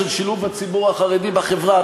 של שילוב הציבור החרדי בחברה,